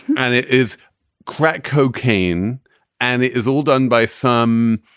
and it is crack cocaine and it is all done by some.